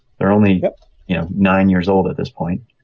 they're only you know nine years old at this point.